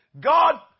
God